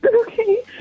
Okay